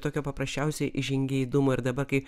tokio paprasčiausiai žingeidumo ir dabar kai